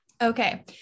Okay